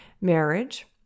marriage